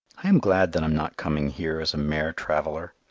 i am glad that i am not coming here as a mere traveller.